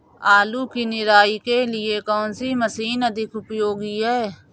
आलू की निराई के लिए कौन सी मशीन अधिक उपयोगी है?